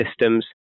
systems